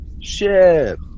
ship